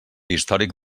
històric